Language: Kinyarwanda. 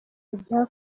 bya